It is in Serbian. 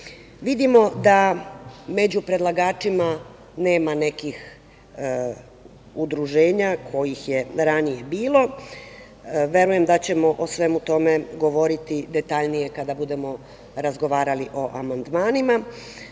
Vidimo da među predlagačima nema nekih udruženja kojih je ranije bilo. Verujem da ćemo o svemu tome govoriti detaljnije kada budemo razgovarali o amandmanima.U